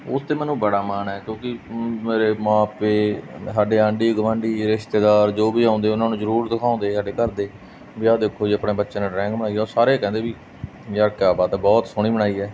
ਉਸ 'ਤੇ ਮੈਨੂੰ ਬੜਾ ਮਾਣ ਹੈ ਕਿਉਂਕਿ ਮੇਰੇ ਮਾਂ ਪਿਓ ਸਾਡੇ ਆਂਢੀ ਗੁਆਂਢੀ ਰਿਸ਼ਤੇਦਾਰ ਜੋ ਵੀ ਆਉਂਦੇ ਉਹਨਾਂ ਨੂੰ ਜ਼ਰੂਰ ਦਿਖਾਉਂਦੇ ਸਾਡੇ ਘਰ ਦੇ ਵੀ ਇਹ ਦੇਖੋ ਜੀ ਆਪਣੇ ਬੱਚੇ ਨੇ ਡਰਾਇੰਗ ਬਣਾਈ ਹੈ ਉਹ ਸਾਰੇ ਕਹਿੰਦੇ ਵੀ ਯਾਰ ਕਿਆ ਬਾਤ ਬਹੁਤ ਸੋਹਣੀ ਬਣਾਈ ਹੈ